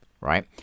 right